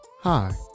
Hi